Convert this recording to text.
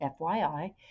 FYI